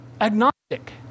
agnostic